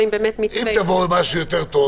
עם מתווה --- אם תבואי עם משהו יותר טוב,